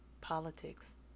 politics